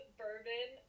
bourbon